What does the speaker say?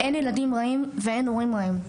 אין ילדים רעים ואין הורים רעים,